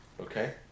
Okay